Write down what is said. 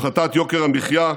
הפחתת יוקר המחיה,